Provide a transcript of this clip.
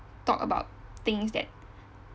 talk about things that